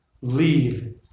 leave